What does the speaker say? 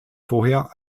vorher